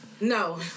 No